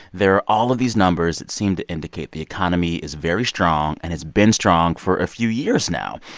there are all of these numbers that seem to indicate the economy is very strong, and it's been strong for a few years now.